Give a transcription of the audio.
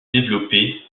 développé